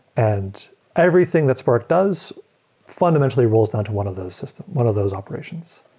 and everything that spark does fundamentally rolls down to one of those system, one of those operations.